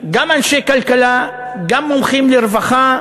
גם אנשי כלכלה, גם מומחים לרווחה,